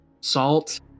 Salt